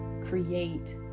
create